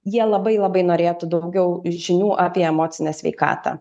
jie labai labai norėtų daugiau žinių apie emocinę sveikatą